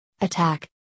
Attack